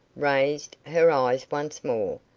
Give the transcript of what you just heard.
raised, her eyes once more,